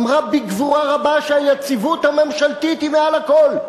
אמרה בגבורה רבה שהיציבות הממשלתית היא מעל הכול.